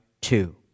two